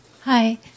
Hi